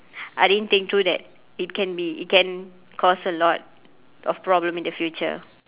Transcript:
I didn't think through that it can be it can cause a lot of problem in the future